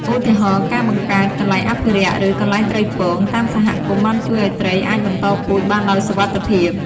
ឧទាហរណ៍ ការបង្កើត "កន្លែងអភិរក្ស" ឬ "កន្លែងត្រីពង" តាមសហគមន៍ បានជួយឲ្យត្រីអាចបន្តពូជបានដោយសុវត្ថិភាព។